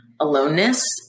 Aloneness